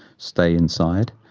stay inside.